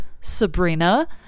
sabrina